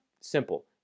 simple